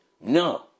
No